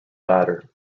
latter